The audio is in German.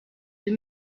sie